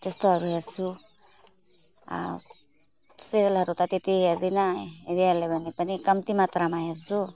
त्यस्तोहरू हेर्छु सिरियलहरू त त्यति हेर्दिनँ हेरिहालेँ भने पनि कम्ती मात्रामा हेर्छु